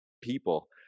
people